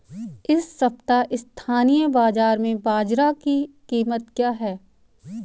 इस सप्ताह स्थानीय बाज़ार में बाजरा की कीमत क्या है?